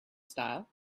style